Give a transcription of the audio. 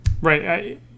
right